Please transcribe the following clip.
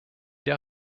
der